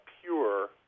pure